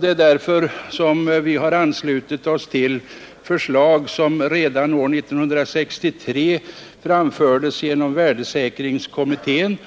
Det är därför som vi har anslutit oss till förslag som redan år 1963 framfördes genom värdesäkringskommittén,